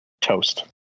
Toast